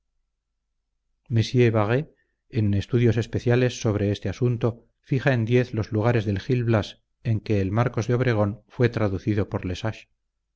en estudios especiales sobre este asunto fija en diez los lugares del gil blas en que el marcos de obregón fue traducido por le